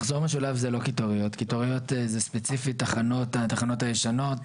מחזור משולב זה לא קיטוריות; קיטוריות הן ספציפית התחנות הישנות,